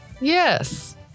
Yes